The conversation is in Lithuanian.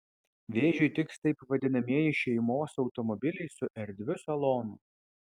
vėžiui tiks taip vadinamieji šeimos automobiliai su erdviu salonu